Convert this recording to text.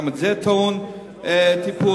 גם זה טעון טיפול.